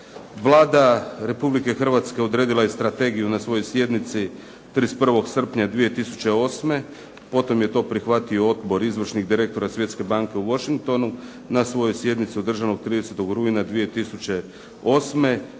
Vlada Republike Hrvatske odredila je Strategiju na svojoj sjednici 31. srpnja 2008., potom je to prihvatio Odbor izvršnih direktora Svjetske banke u Washingtonu na svojoj sjednici održanoj 30. rujna 2008.,